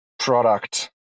product